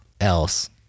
else